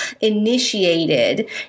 initiated